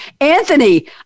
Anthony